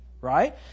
right